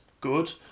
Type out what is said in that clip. good